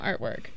artwork